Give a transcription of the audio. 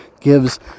gives